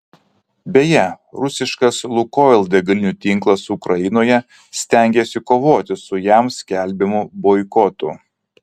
beje rusiškas lukoil degalinių tinklas ukrainoje stengiasi kovoti su jam skelbiamu boikotu